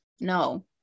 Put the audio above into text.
no